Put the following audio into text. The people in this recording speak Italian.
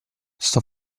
sto